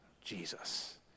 Jesus